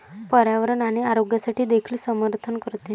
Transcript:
पर्यावरण आणि आरोग्यासाठी देखील समर्थन करते